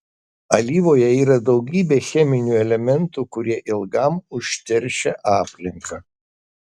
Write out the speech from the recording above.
alyvoje yra daugybė cheminių elementų kurie ilgam užteršia aplinką